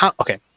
Okay